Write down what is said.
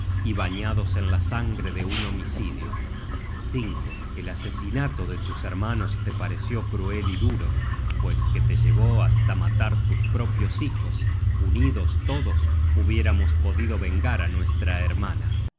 y bañados en la sangre de un homicidio el asesinato de tus hermanos te pareció cruel y duro pues que te llevó hasta matar tus propios hijos unidos todos hubiéramos podido vengar á nuestra hermana